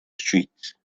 street